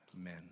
Amen